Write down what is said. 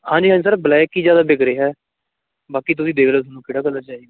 ਹਾਂਜੀ ਹਾਂਜੀ sir black ਹੀ ਜ਼ਿਆਦਾ ਵਿਕ ਰਿਹਾ ਬਾਕੀ ਤੁਸੀਂ ਦੇਖ ਲਓ ਤੁਹਾਨੂੰ ਕਿਹੜਾ ਕਲਰ ਚਾਹੀਦਾ